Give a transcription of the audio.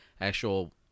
actual